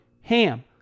HAM